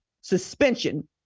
suspension